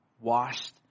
Washed